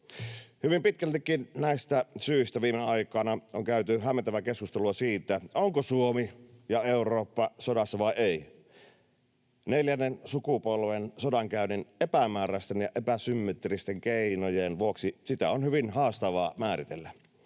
Hyvin pitkältikin näistä syistä viime aikoina on käyty hämmentävää keskustelua siitä, onko Suomi ja Eurooppa sodassa vai ei. Neljännen sukupolven sodankäynnin epämääräisten ja epäsymmetristen keinojen vuoksi sitä on hyvin haastavaa määritellä,